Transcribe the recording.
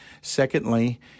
secondly